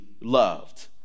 loved